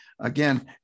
Again